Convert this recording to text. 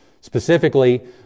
specifically